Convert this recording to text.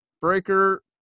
Breaker